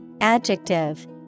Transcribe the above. Adjective